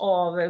av